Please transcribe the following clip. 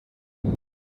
him